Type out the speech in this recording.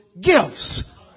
gifts